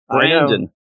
Brandon